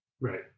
Right